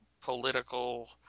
political